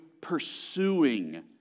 pursuing